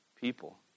people